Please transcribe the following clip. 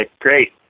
great